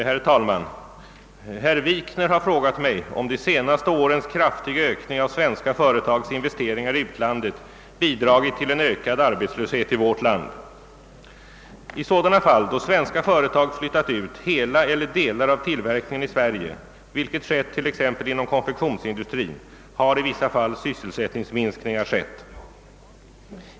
Herr talman! Herr Wikner har frågat mig, om de senaste årens kraftiga ökning av svenska företags investeringar i utlandet bidragit till en ökad arbetslöshet i vårt land. I sådana fall då svenska företag flyt tat ut hela eller delar av tillverkningen i Sverige, vilket skett t.ex. inom konfektionsindustrin, har i vissa fall sysselsättningsminskningar skett.